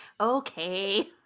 okay